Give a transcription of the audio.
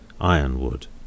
Ironwood